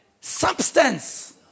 substance